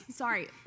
Sorry